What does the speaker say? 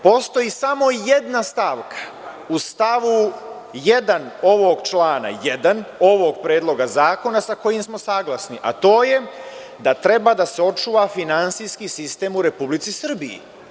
Postoji samo jedna stavka u stavu 1. ovog člana 1. ovog predloga zakona, sa kojim smo saglasni, a to je da treba da se očuva finansijski sistem u Republici Srbiji.